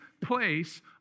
place